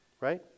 right